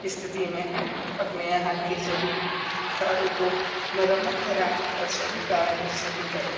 स्थिति में है अपने यहाँ की सभी कारों को मरम्मत कराएँ और सभी कार को सही करें